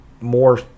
more